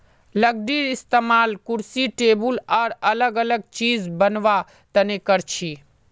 लकडीर इस्तेमाल कुर्सी टेबुल आर अलग अलग चिज बनावा तने करछी